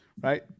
right